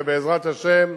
ובעזרת השם,